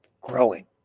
growing